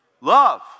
Love